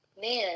Man